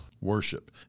worship